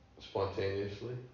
spontaneously